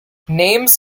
names